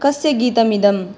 कस्य गीतमिदम्